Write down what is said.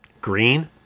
Green